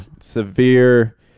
Severe